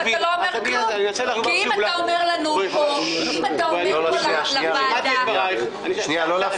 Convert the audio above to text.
כי אם אתה אומר פה לוועדה --- אני מבקש לא להפריע לו.